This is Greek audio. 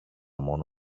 μόνο